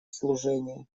служение